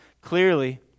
clearly